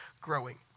growing